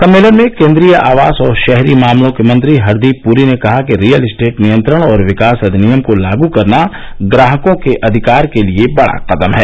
सम्मेलन में केन्द्रीय आवास और शहरी मामलों के मंत्री हरदीप पुरी ने कहा कि रियल इस्टेट नियंत्रण और विकास अधिनियम को लागू करना ग्राहकों के अधिकार के लिए बड़ा कदम है